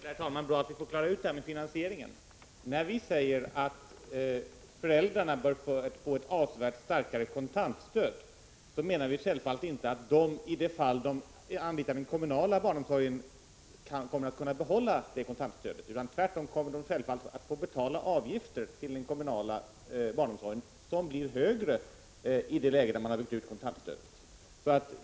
Herr talman! Det är bra att vi får klara ut frågan om finansieringen. När vi säger att föräldrarna bör få ett avsevärt starkare kontantstöd, menar vi självfallet inte att de kommer att kunna behålla det stödet i det fall de anlitar den kommunala barnomsorgen. Tvärtom kommer de att få betala avgifter till den kommunala barnomsorgen som blir högre i det läge där man har fått upp kontantstödet.